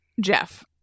Jeff